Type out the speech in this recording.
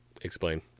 Explain